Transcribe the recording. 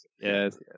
Yes